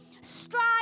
strive